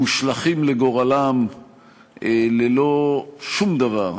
מושלכים לגורלם ללא שום דבר.